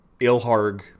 Ilharg